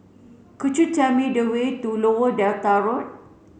could you tell me the way to Lower Delta Road